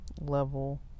level